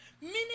meaning